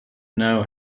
know